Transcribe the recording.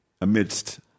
amidst